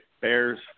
Bears